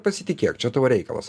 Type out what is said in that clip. pasitikėk čia tavo reikalas